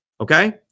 Okay